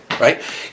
right